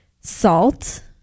salt